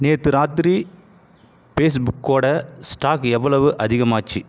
நேற்று ராத்திரி பேஸ்புக்கோட ஸ்டாக் எவ்வளவு அதிகமாச்சு